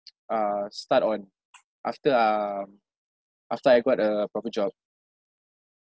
uh start on after um after I got a proper job